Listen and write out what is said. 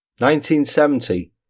1970